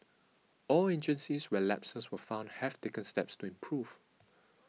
all agencies where lapses were found have taken steps to improve